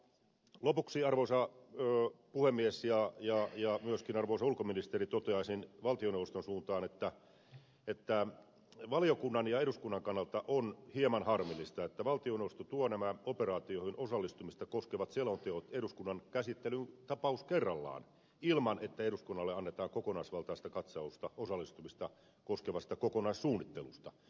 lopuksi arvoisa puhemies ja myöskin arvoisa ulkoministeri toteaisin valtioneuvoston suuntaan että valiokunnan ja eduskunnan kannalta on hieman harmillista että valtioneuvosto tuo nämä operaatioihin osallistumista koskevat selonteot eduskunnan käsittelyyn tapaus kerrallaan ilman että eduskunnalle annetaan kokonaisvaltaista katsausta osallistumista koskevasta kokonaissuunnittelusta